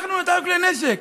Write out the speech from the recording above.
אנחנו נתנו כלי נשק.